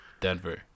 denver